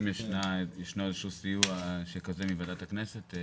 אם ישנו איזשהו סיוע שכזה מוועדת הכנסת.